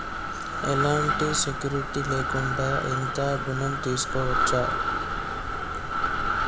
ఎలాంటి సెక్యూరిటీ లేకుండా ఎంత ఋణం తీసుకోవచ్చు?